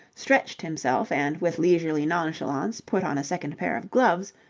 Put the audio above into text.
stretched himself, and with leisurely nonchalance put on a second pair of gloves,